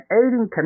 aiding